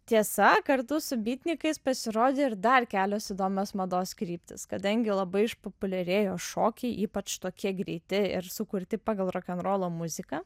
tiesa kartu su bytnikais pasirodė ir dar kelios įdomios mados kryptys kadangi labai išpopuliarėjo šokiai ypač tokie greiti ir sukurti pagal rokenrolo muziką